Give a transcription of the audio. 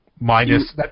minus